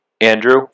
Andrew